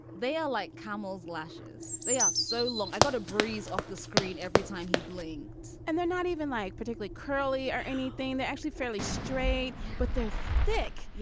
they are like camel's lashes. they are so long. i got to breeze off the screen every time he blinked. and they're not even like particuarly curly or anything. they're actually fairly straight, but they're thick.